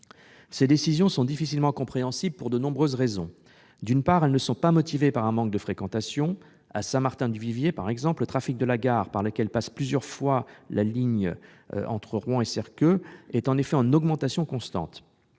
Ces décisions sont difficilement compréhensibles pour de nombreuses raisons. D'une part, elles ne sont pas motivées par un manque de fréquentation. À Saint-Martin-du-Vivier, par exemple, le trafic de la gare, par laquelle passe la ligne entre Rouen et Serqueux, est en augmentation constante.